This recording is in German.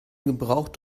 gebraucht